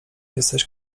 jesteś